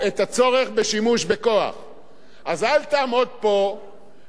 אז אל תעמוד פה ותתקיף אותי כמגיש הצעת החוק,